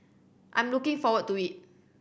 I'm looking forward to it